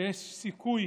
שיש סיכוי